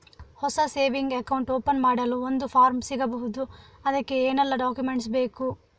ಹೊಸ saving account open ಮಾಡಲು ಒಂದು ಫಾರ್ಮ್ ಸಿಗಬಹುದು? ಅದಕ್ಕೆ ಏನೆಲ್ಲಾ ಡಾಕ್ಯುಮೆಂಟ್ಸ್ ಬೇಕು?